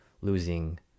losing